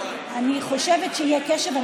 אני חושבת שיהיה קשב.